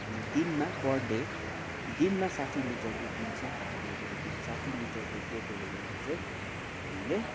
अनि दिनमा per day दिनमा साठी लिटर दुध दिन्छ अनि त्यो दुध साठी लिटर दुध दिएकोले गर्दा चाहिँ हामीले